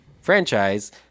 franchise